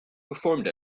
performed